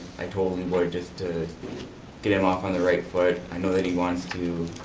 i totally would, just to get him off on the right foot. i know that he wants to,